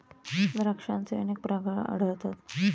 द्राक्षांचे अनेक प्रकार आढळतात